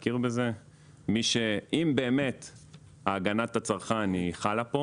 אם הגנת הצרכן חלה פה